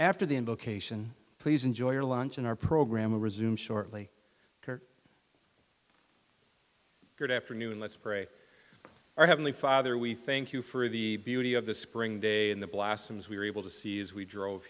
after the invocation please enjoy your lunch and our program will resume shortly cur good afternoon let's pray our heavenly father we thank you for the beauty of the spring day in the blasphemes we were able to see as we drove